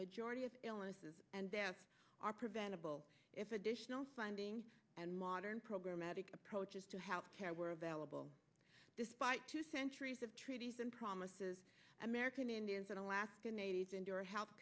majority of illnesses and there are preventable if additional funding and modern programatic approaches to health care were available despite two centuries of treaties and promises american indians and alaska natives endure health